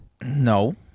no